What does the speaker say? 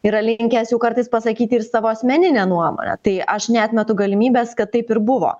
yra linkęs jau kartais pasakyti ir savo asmeninę nuomonę tai aš neatmetu galimybės kad taip ir buvo